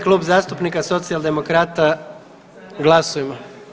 Klub zastupnika Socijaldemokrata, glasujmo.